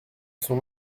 son